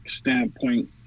standpoint